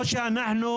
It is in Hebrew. לא שאנחנו,